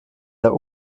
der